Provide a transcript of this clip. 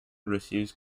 receives